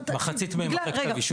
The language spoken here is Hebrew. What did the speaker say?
מחצית מהם אחרי כתב אישום.